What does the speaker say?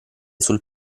sul